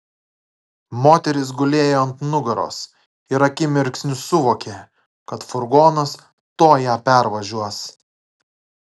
moteris gulėjo ant nugaros ir akimirksniu suvokė kad furgonas tuoj ją pervažiuos